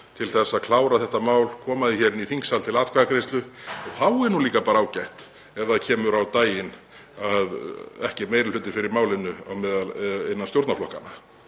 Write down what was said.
til að klára þetta mál og koma því hér inn í þingsal til atkvæðagreiðslu. Þá er líka bara ágætt ef það kemur á daginn að ekki sé meiri hluti fyrir málinu innan stjórnarflokkanna,